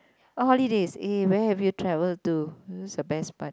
holidays eh where have travel to the best part